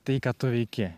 tai ką tu veiki